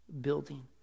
building